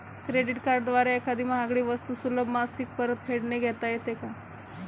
Credit कार्डद्वारे एखादी महागडी वस्तू सुलभ मासिक परतफेडने घेता येते का?